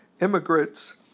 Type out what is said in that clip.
immigrants